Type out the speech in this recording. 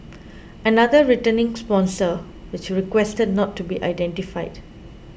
another returning sponsor which requested not to be identified